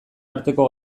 arteko